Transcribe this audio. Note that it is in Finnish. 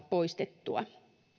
poistettua